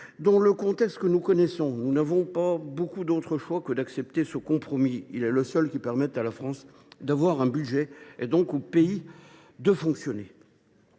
Dans le contexte que nous connaissons, nous n’avons pas beaucoup d’autres choix que d’accepter ce compromis. Il est le seul qui permette à la France d’avoir un budget et donc au pays de fonctionner.